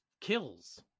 kills